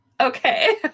Okay